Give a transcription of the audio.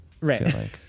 Right